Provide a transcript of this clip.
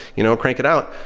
you know crank it out.